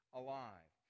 alive